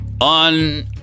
on